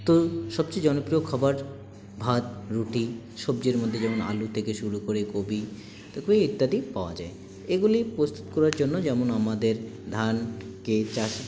তো সবচেয়ে জনপ্রিয় খাবার ভাত রুটি সবজির মধ্যে যেমন আলু থেকে শুরু করে গোবি ইত্যাদি পাওয়া যায় এগুলি প্রস্তুত করার জন্য যেমন আমাদের ধানকে চাষ